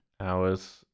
hours